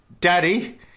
Daddy